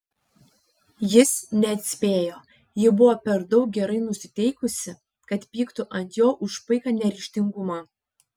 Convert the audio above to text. jis neatspėjo ji buvo per daug gerai nusiteikusi kad pyktų ant jo už paiką neryžtingumą